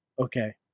Okay